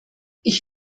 ich